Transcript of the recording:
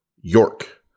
York